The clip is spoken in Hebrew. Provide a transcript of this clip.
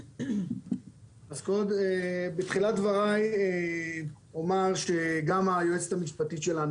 אז בתחילת דבריי אני אומר שגם היועצת המשפטית שלנו,